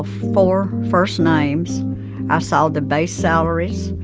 four first names, i saw the base salaries.